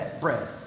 bread